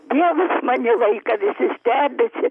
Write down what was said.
dievas mani laiką visi stebisi